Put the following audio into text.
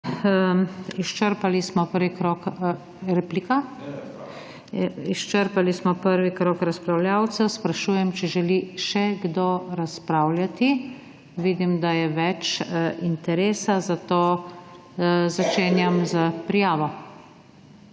NATAŠA SUKIČ:** Hvala lepa. Izčrpali smo prvi krog razpravljavcev. Sprašujem, če želi še kdo razpravljati? Vidim, da je več interesa, zato začenjam s prijavo.